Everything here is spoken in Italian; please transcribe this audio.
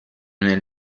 nel